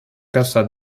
cassa